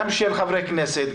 גם של חברי הכנסת,